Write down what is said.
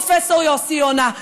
פרופ' יוסי יונה.